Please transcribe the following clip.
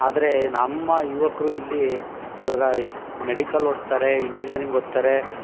ಆದರೆ ನಮ್ಮ ಯುವಕರು ಇಲ್ಲಿ ಇವಾಗ ಮೆಡಿಕಲ್ ಓದ್ತಾರೆ ಇಂಜಿನೀಯರಿಂಗ್ ಓದ್ತಾರೆ